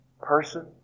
person